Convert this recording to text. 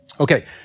Okay